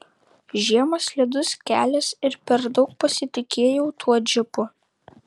žiema slidus kelias ir per daug pasitikėjau tuo džipu